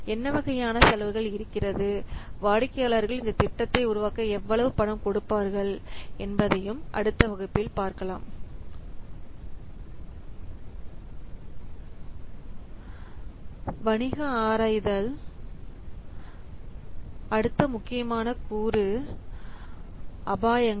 என்ன வகையான செலவுகள் இருக்கிறது வாடிக்கையாளர்கள் இந்த திட்டத்தை உருவாக்க எவ்வளவு பணம் கொடுப்பார்கள் என்பதையும் அடுத்த வகுப்பில் பார்க்கலாம் வணிக ஆராய்தல் அடுத்த முக்கியமான கூறு அபாயங்கள்